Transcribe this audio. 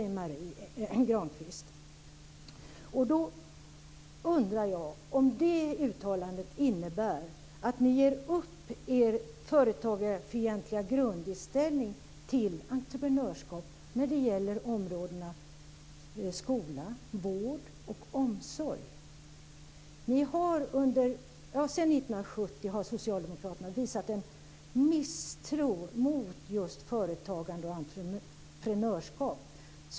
Jag undrar om det uttalandet innebär att ni ger upp er företagarfientliga grundinställning till entreprenörskap när det gäller områdena skola, vård och omsorg. Sedan 1970 har socialdemokraterna visat en misstro mot just företagande och entreprenörskap.